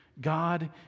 God